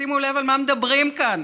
שימו לב על מה מדברים כאן,